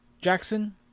Jackson